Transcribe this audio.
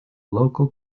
local